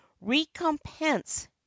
recompense